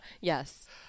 Yes